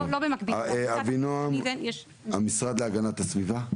אבינועם, המשרד להגנת הסביבה.